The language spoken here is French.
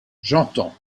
j’entends